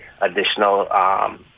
additional